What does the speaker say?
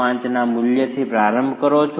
5 ના મૂલ્યથી પ્રારંભ કરો છો